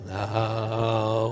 now